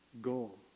goal